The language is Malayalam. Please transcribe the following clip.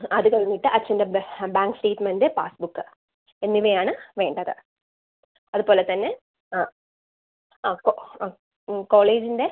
അത് കഴിഞ്ഞിട്ട് അച്ഛൻ്റെ ബാങ്ക് സ്റ്റേറ്റ്മെൻറ്റ് പാസ്ബുക്ക് എന്നിവ ആണ് വേണ്ടത് അതുപോലെത്തന്നെ ആ ആ ഓ ആ കോളേജിൻ്റെ